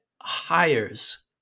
hires